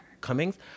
Cummings